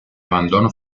abandono